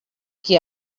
qui